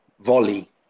Volley